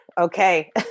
Okay